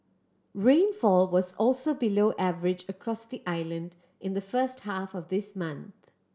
rainfall was also below average across the island in the first half of this month